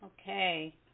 Okay